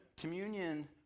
Communion